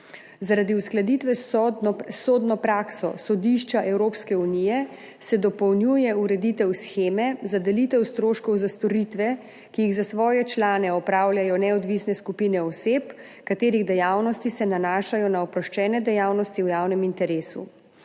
Zaradi uskladitve s sodno prakso sodišča Evropske unije se dopolnjuje ureditev sheme za delitev stroškov za storitve, ki jih za svoje člane opravljajo neodvisne skupine oseb, katerih dejavnosti se nanašajo na oproščene dejavnosti v javnem interesu.